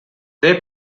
they